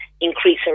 increase